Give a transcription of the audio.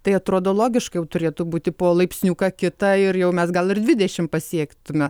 tai atrodo logiška jau turėtų būti po laipsniuką kitą ir jau mes gal ir dvidešim pasiektume